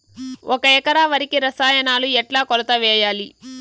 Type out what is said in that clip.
ఒక ఎకరా వరికి రసాయనాలు ఎట్లా కొలత వేయాలి?